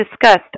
discussed